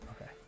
Okay